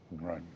Right